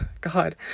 god